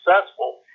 successful